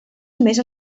només